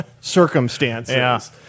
circumstances